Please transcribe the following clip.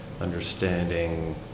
Understanding